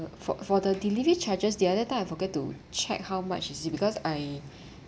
uh for for the delivery charges the other time I forget to check how much is it because I